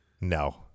No